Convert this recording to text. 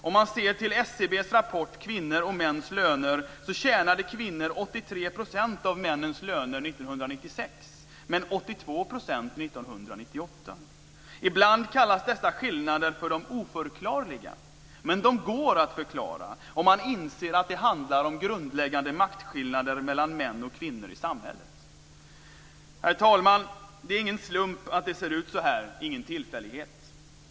Om man ser till SCB:s rapport Kvinnors och mäns löner tjänade kvinnor 83 % av männens löner 1996, men 82 % 1998. Ibland kallas dessa skillnader för oförklarliga, men de går att förklara om man inser att det handlar om grundläggande maktskillnader mellan män och kvinnor i samhället. Herr talman! Det är ingen slump att det ser ut så här - ingen tillfällighet.